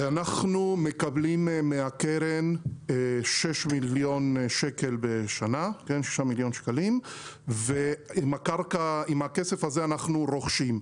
אנחנו מקבלים מן הקרן 6 מיליון שקל בשנה ועם הכסף הזה אנחנו רוכשים.